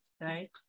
right